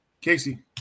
Casey